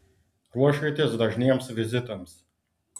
ruoškitės dažniems vizitams